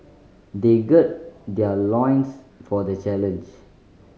they gird their loins for the challenge